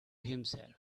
himself